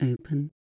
open